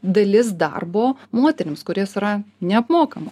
dalis darbo moterims kuris yra neapmokama